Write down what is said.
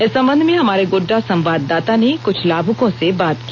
इस संबंध में हमारे गोड्डा संवाददाता ने कुछ लाभुकों से बात की